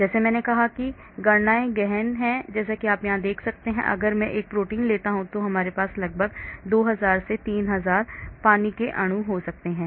जैसे मैंने कहा कि गणनाएं गहन हैं जैसा कि आप यहां देख सकते हैं अगर मैं एक प्रोटीन लेता हूं तो मेरे पास लगभग 2000 या 3000 पानी के अणु हो सकते हैं